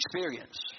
experience